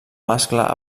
mascle